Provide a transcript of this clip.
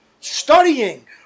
Studying